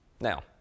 Now